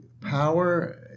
power